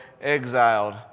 exiled